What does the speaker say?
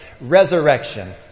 resurrection